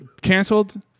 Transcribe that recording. canceled